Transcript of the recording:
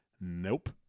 Nope